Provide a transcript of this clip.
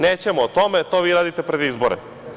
Nećemo o tome, to vi radite pred izbore.